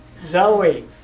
Zoe